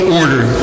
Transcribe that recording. order